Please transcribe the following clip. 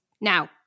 Now